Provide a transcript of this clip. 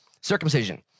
Circumcision